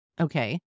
Okay